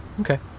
Okay